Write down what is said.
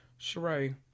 Sheree